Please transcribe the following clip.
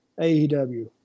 aew